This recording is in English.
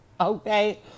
Okay